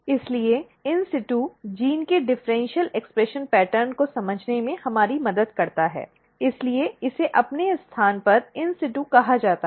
इसलिए in situ gene के differential अभिव्यक्ति पैटर्न को समझने में हमारी मदद करता है इसीलिए इसे अपने स्थान पर in situ कहा जाता है